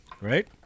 Right